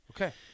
Okay